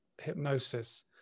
hypnosis